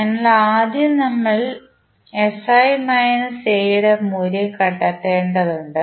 അതിനാൽ ആദ്യം നമ്മൾ യുടെ മൂല്യം കണ്ടെത്തേണ്ടതുണ്ട്